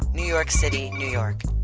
new york city, new york